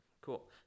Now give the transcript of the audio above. Cool